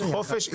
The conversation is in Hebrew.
חופש עיסוק.